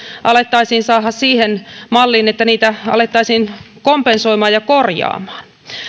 alettaisiin saada siihen malliin että niitä alettaisiin kompensoimaan ja korjaamaan